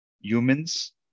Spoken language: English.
humans